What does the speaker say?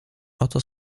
oto